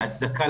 להצדקה,